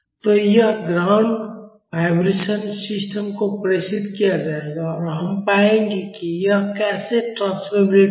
तो यह ground vibration system को प्रेषित किया जाएगा और हम पाएंगे कि यह कैसे ट्रांसमिसिबिलिटी है